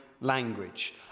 language